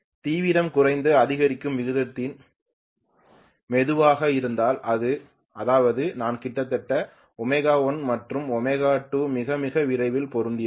தீவிரம் குறைந்து அதிகரிக்கும் விகிதங்கள் மெதுவாக இருந்தால் அதாவது நான் கிட்டத்தட்ட ω1 மற்றும் ω1 மிக மிக விரைவில் பொருந்தி இருக்கும்